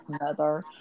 mother